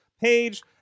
page